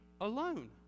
alone